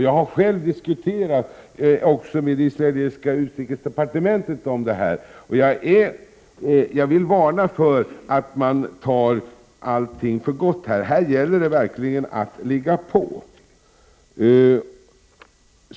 Jag har själv diskuterat med det israeliska utrikesdepartementet om detta, och jag vill varna för att ta allting för gott — här gäller det verkligen att ligga på.